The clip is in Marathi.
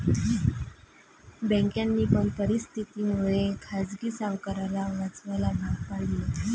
बँकांनी पण परिस्थिती मुळे खाजगी सावकाराला वाचवायला भाग पाडले